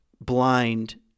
blind